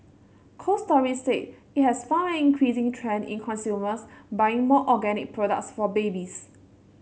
Cold Storage said it has found an increasing trend in consumers buying more organic products for babies